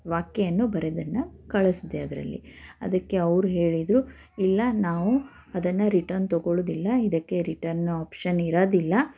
ವಾಕ್ಯೆಯನ್ನು ಬರೆದನ್ನ ಕಳ್ಸ್ದೆ ಅದರಲ್ಲಿ ಅದಕ್ಕೆ ಅವರು ಹೇಳಿದರು ಇಲ್ಲ ನಾವು ಅದನ್ನು ರಿಟರ್ನ್ ತೊಗೊಳುದಿಲ್ಲ ಇದಕ್ಕೆ ರಿಟರ್ನ್ ಆಪ್ಷನ್ ಇರೋದಿಲ್ಲ